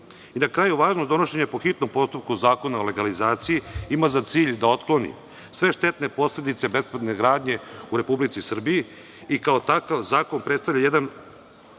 kraju važnost donošenja po hitnom postupku zakona o legalizaciji ima za cilj da otkloni sve štetne posledice bespravne gradnje u Republici Srbiji i kao takav zakon predstavlja jedan